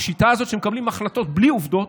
השיטה הזאת שמקבלים החלטות בלי עובדות,